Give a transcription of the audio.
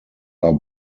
are